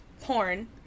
porn